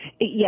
Yes